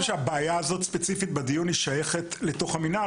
הזאת ספציפית בדיון שייכת לתוך המינהל